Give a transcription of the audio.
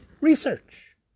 research